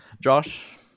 josh